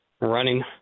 running